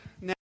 now